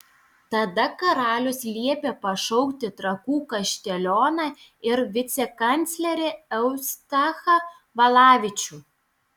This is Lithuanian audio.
tada karalius liepė pašaukti trakų kaštelioną ir vicekanclerį eustachą valavičių